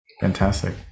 Fantastic